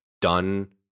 done